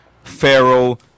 Pharaoh